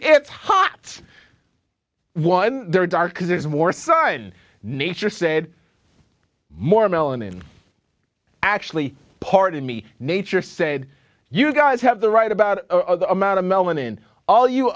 it's hot one they're dark because there's more sun nature said more melanin actually pardon me nature said you guys have the right about the amount of melanin all you